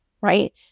right